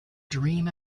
dream